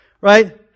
Right